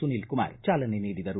ಸುನಿಲ್ಕುಮಾರ ಚಾಲನೆ ನೀಡಿದರು